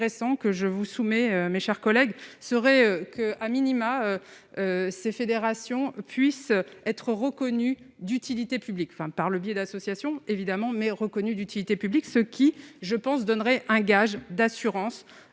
que je vous soumets mes chers collègues, serait qu'a minima, ces fédérations puisse être reconnue d'utilité publique fin par le biais d'associations évidemment mais reconnue d'utilité publique, ce qui je pense, donnerait un gage d'assurance,